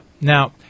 now